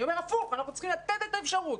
אני אומר להיפך, אנחנו צריכים לתת את האפשרות.